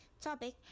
topic